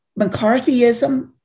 McCarthyism